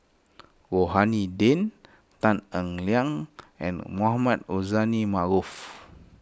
Rohani Din Tan Eng Liang and Mohamed Rozani Maarof